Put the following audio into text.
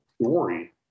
story